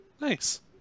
Nice